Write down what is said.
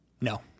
No